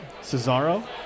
Cesaro